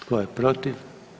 Tko je protiv?